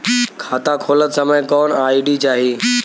खाता खोलत समय कौन आई.डी चाही?